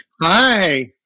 Hi